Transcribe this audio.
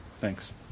Thanks